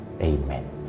Amen